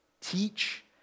teach